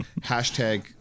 Hashtag